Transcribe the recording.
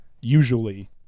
usually